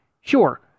sure